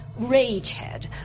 Ragehead